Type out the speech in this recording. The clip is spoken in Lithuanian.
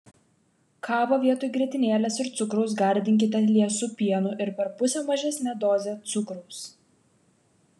kavą vietoj grietinėlės ir cukraus gardinkite liesu pienu ir per pusę mažesne doze cukraus